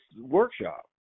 workshop